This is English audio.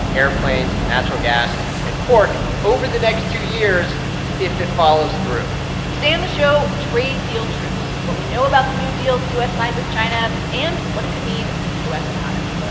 airplanes, natural gas and pork over the next two years if it follows through today on the show, trade deal truce what we know about the new deal the u s. signed with china and what it could mean for the u s. economy